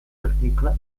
article